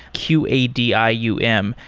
q a d i u m,